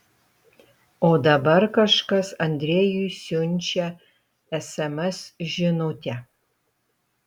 o dabar kažkas andrejui siunčia sms žinutę